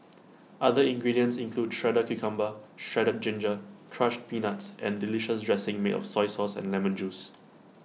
other ingredients include shredded cucumber shredded ginger crushed peanuts and delicious dressing made of soy sauce and lemon juice